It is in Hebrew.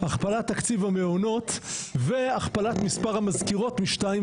הכפלת תקציב המעונות והכפלת מספר המזכירות משתיים